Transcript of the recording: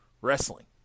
wrestling